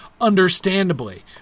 Understandably